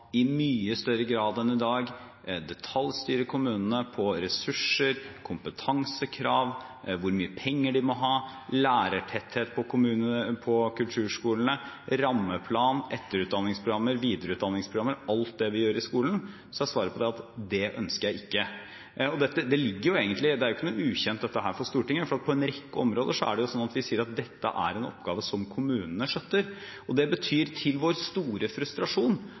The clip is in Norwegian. detaljstyre kommunene når det gjelder ressurser, kompetansekrav, hvor mye penger de må ha, lærertetthet i kulturskolene, rammeplan, etterutdanningsprogrammer, videreutdanningsprogrammer – alt det vi gjør i skolen – så er svaret på det at det ønsker jeg ikke. Dette er ikke noe som er ukjent for Stortinget, for på en rekke områder er det slik at vi sier at dette er en oppgave som kommunene skjøtter. Det betyr – til vår store frustrasjon